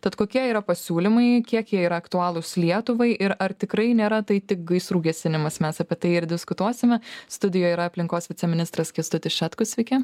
tad kokie yra pasiūlymai kiek jie yra aktualūs lietuvai ir ar tikrai nėra tai tik gaisrų gesinimas mes apie tai ir diskutuosime studijoje yra aplinkos viceministras kęstutis šetkus sveiki